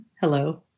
Hello